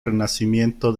renacimiento